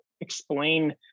explain